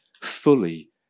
fully